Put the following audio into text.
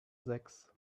sechs